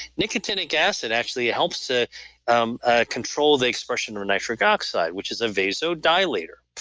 nicotinic acid actually ah helps to um ah control the expression or nitric oxide, which is a vasodilator.